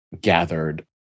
gathered